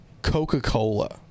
coca-cola